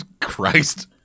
Christ